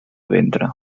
ventre